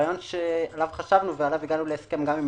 הרעיון שחשבנו ועליו הגענו להסכמה גם עם